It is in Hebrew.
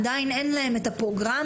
עדיין אין להם פרוגרמה.